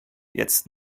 jetzt